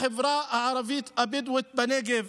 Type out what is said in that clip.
לחברה הערבית הבדואית בנגב